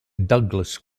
douglas